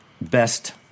best